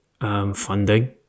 funding